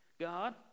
God